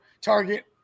Target